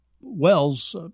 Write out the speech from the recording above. Wells